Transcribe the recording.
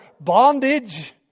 bondage